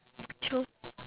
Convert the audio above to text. true